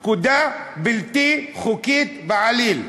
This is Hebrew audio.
פקודה בלתי חוקית בעליל.